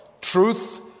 truth